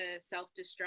self-destruct